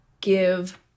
give